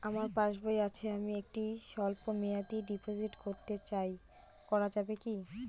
আমার পাসবই আছে আমি একটি স্বল্পমেয়াদি ডিপোজিট করতে চাই করা যাবে কি?